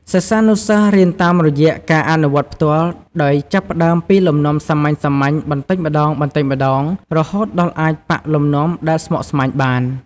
ក្នុងដំណើរការនេះ គ្រូដើរតួជាអ្នកណែនាំ និងជាអ្នកតាមដានយ៉ាងដិតដល់។